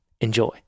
enjoy